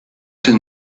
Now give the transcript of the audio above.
den